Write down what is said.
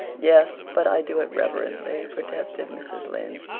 yes, but i do it reverently, protested mrs. lynde.